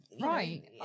right